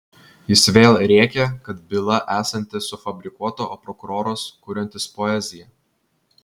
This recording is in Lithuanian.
jis vėl rėkė kad byla esanti sufabrikuota o prokuroras kuriantis poeziją